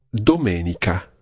domenica